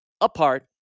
apart